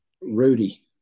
Rudy